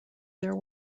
there